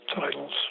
titles